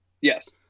Yes